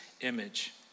image